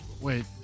wait